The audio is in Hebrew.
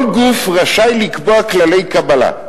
כל גוף רשאי לקבוע כללי קבלה.